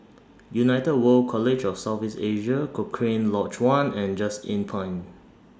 United World College of South East Asia Cochrane Lodge one and Just Inn Pine